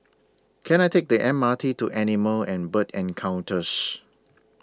Can I Take The M R T to Animal and Bird Encounters